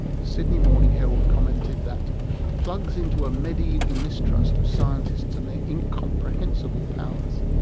the sydney morning herald commented that plugs into a medieval mistrust of scientists and their incomprehensible powers.